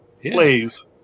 Please